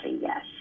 yes